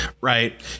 right